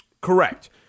Correct